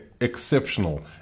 Exceptional